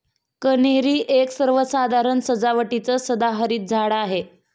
कन्हेरी एक सर्वसाधारण सजावटीचं सदाहरित झाड आहे